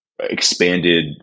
expanded